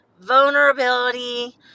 vulnerability